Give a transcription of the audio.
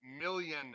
million